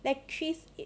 like she